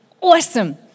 awesome